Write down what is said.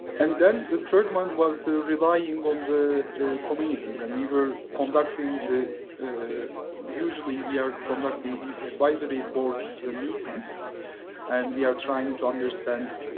and then the third one was the relying on the communities. and we were conducting the usually we are conducting these advisory board meetings and we are trying to understand